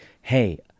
hey